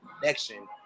connection